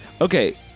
Okay